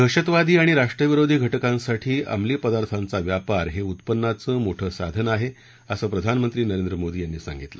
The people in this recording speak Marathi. दहशतवादी आणि राष्ट्रविरोधी घटकांसाठी अंमली पदार्थांचा व्यापार हे उत्पन्नाचं मोठं साधन आहे असं प्रधानमंत्री नरेंद्र मोदी यांनी सांगितलं